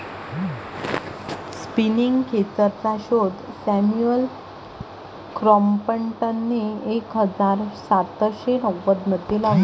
spinning खेचरचा शोध Samuel क्रॉम्प्टनने एक हजार सातशे नव्वदमध्ये लावला